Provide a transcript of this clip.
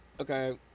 Okay